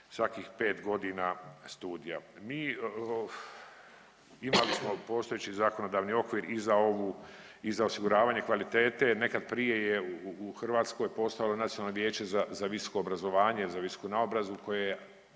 svakih 5.g. studija. Mi imali smo postojeći zakonodavni okvir i za ovu, i za osiguravanje kvalitete, nekad prije je u Hrvatskoj postojalo Nacionalno vijeće za, za visoko obrazovanje ili za visoku naobrazbu koje je